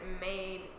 made